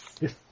Yes